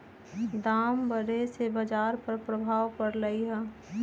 दाम बढ़े से बाजार पर प्रभाव परलई ह